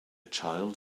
child